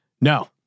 No